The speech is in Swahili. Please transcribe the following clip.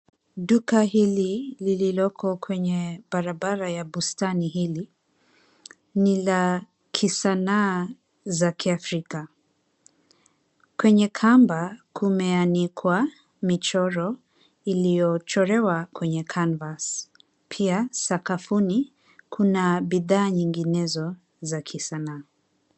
Duka hili lililoko kwenye barabara ya bustani hili, ni la kisanaa za kiafrika. Kwenye kamba kumeanikwa michoro, iliyochorewa kwenye canvas . Pia sakafuni kuna bidhaa nyinginezo za kisanaa.